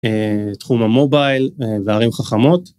תחום המובייל וערים חכמות.